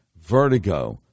vertigo